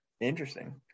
Interesting